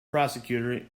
prosecutor